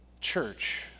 church